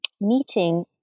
meeting